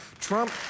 Trump